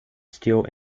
steel